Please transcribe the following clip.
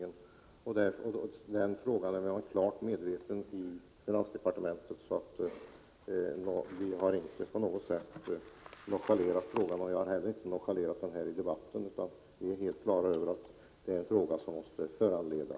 Man är på finansdepartementet klart medveten om detta problem. Frågan har således inte på något sätt nonchalerats, inte heller i debatten. Vi är på det klara med att åtgärder är nödvändiga.